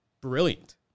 brilliant